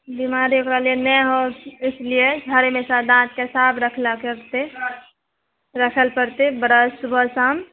बीमारी ओकरा लेल नहि हो इसलिए हर हमेशा दाँतके साफ रखलकै पड़तै रखल पड़तै ब्रश सुबह शाम